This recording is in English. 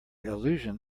allusion